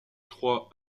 trois